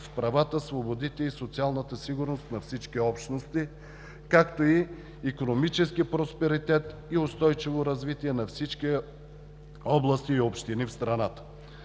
в правата, свободите и социалната сигурност на всички общности, както и икономически просперитет и устойчиво развитие на всички области и общини в страната.